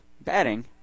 batting